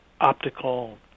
optical